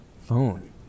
Phone